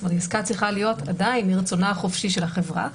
עדיין העסקה צריכה להיות מרצונה החופשי של החברה.